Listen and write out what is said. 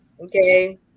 Okay